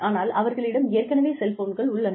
ஆனால் அவர்களிடம் ஏற்கனவே செல்ஃபோன்கள் உள்ளன